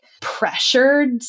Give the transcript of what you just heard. pressured